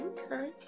okay